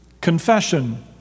confession